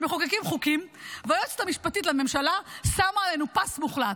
מחוקקים חוקים והיועצת המשפטית לממשלה שמה עלינו פס מוחלט.